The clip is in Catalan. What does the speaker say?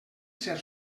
ser